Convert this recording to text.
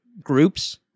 groups